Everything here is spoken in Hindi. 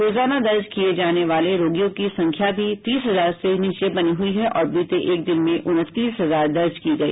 रोजाना दर्ज किए जाने वाले रोगियों की संख्या भी तीस हजार से नीचे बनी हुई है और बीते एक दिन में उनतीस हजार दर्ज की गई